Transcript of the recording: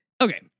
Okay